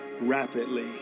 rapidly